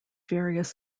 various